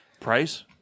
Price